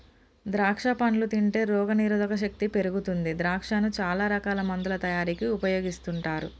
ద్రాక్షా పండ్లు తింటే రోగ నిరోధక శక్తి పెరుగుతుంది ద్రాక్షను చాల రకాల మందుల తయారీకి ఉపయోగిస్తుంటారు